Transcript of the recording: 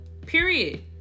Period